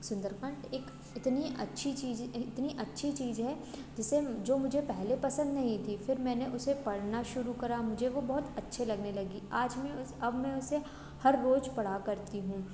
सुंदरकांड एक इतनी अच्छी चीज़ इतनी अच्छी चीज़ है जिसे जो मुझे पहले पसंद नहीं थी फिर मैंने उसे पढ़ना शुरू करा मुझे वह बहुत अच्छी लगने लगी आज मैं उस अब मैं उसे हर रोज़ पढ़ा करती हूँ